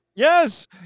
yes